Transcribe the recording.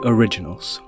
Originals।